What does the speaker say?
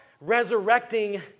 resurrecting